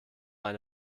eine